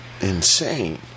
insane